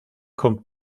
kommt